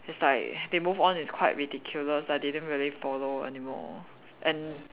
it's like they move on it's quite ridiculous I didn't really follow anymore and